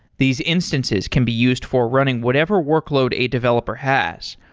these instances can be used for running whatever workload a developer has,